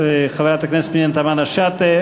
אין מתנגדים, אין נמנעים.